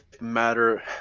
matter